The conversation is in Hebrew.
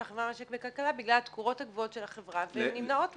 החברה למשק וכלכלה בגלל התקורות הגבוהות של החברה והן נמנעות מזה.